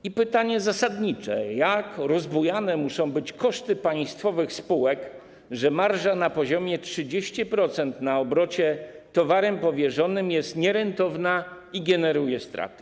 I pytanie zasadnicze: Jak rozbujane muszą być koszty państwowych spółek, że marża na poziomie 30% na obrocie towarem powierzonym jest nierentowna i generuje straty?